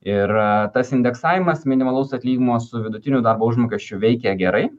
ir tas indeksavimas minimalaus atlyginimo su vidutiniu darbo užmokesčiu veikia gerai